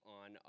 on